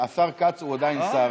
השר כץ הוא עדיין שר.